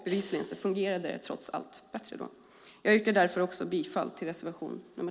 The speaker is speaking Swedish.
Tillsynen fungerade bättre då. Därför yrkar jag bifall även till reservation 12.